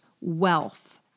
wealth